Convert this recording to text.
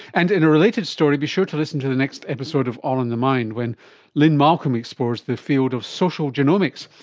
and in a related story be sure to listen to the next episode of all in the mind when lynne malcolm explores the field of social genomics,